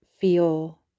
feel